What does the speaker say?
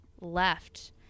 left